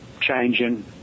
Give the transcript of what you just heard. changing